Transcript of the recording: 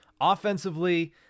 offensively